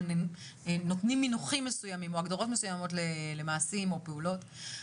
נותנים מינוחים מסוימים או הגדרות מסוימות למעשים או פעולות,